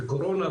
וקורונה,